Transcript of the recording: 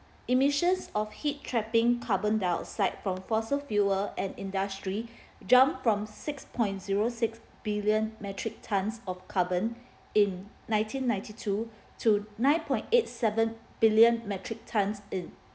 emissions of heat trapping carbon dioxide from fossil fuel and industry jump from six point zero six billion metric tons of carbon in nineteen ninety two to nine point eight seven billion metric tons in